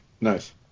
nice